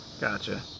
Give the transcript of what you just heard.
Gotcha